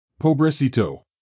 Pobrecito